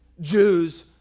Jews